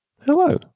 Hello